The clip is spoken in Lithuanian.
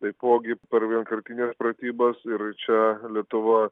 taipogi per vienkartines pratybas ir čia lietuva